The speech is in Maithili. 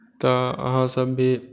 तऽ अहाँसभ भी